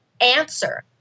answer